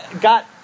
got